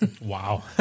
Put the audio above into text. Wow